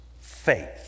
faith